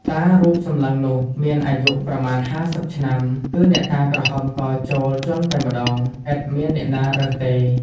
តារូបសម្លឹងនោះមានអាយុប្រមាណ ៥០ឆ្នាំ គឺអ្នកតាក្រហមកចូល ជាន់តែម្តង ឥតមានអ្នកណារើសទេ ។